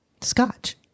Scotch